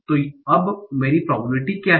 तो अब मेरी प्रोबेबिलिटी क्या है